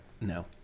no